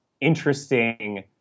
interesting